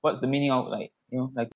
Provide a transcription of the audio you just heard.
what's the meaning of like you know like